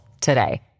today